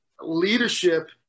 leadership